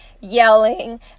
yelling